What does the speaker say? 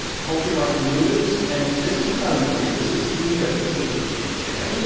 and poultry market news and this is not an easy read. this is you need a ph d. in chicken.